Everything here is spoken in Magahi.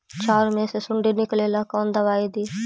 चाउर में से सुंडी निकले ला कौन दवाई दी?